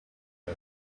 her